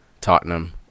Tottenham